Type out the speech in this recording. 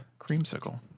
creamsicle